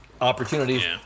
opportunities